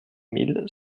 mille